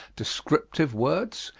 descriptive words,